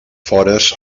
fores